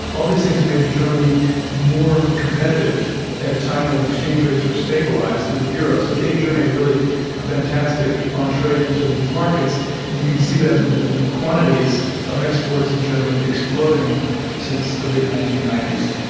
all these things made germany more competitive at a time when exchange rates were stabilised through the euro. so it gave germany really a fantastic entree into these markets and you can see that in the in the quantities of exports in germany exploding since the mid nineteen ninety s.